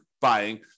buying